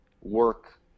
work